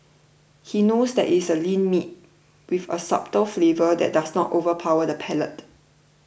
he knows that it's a lean meat with a subtle flavour that does not overpower the palate